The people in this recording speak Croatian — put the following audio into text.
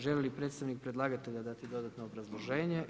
Želi li predstavnik predlagatelja dati dodatno obrazloženje?